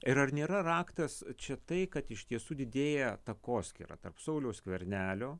ir ar nėra raktas čia tai kad iš tiesų didėja takoskyra tarp sauliaus skvernelio